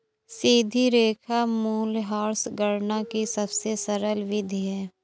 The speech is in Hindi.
सीधी रेखा मूल्यह्रास गणना की सबसे सरल विधि है